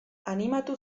animatu